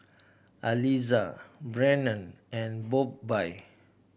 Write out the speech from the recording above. Aliza Brannon and Bobbye